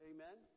Amen